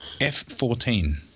F14